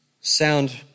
sound